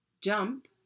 jump